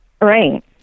Right